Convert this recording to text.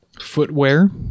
footwear